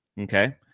Okay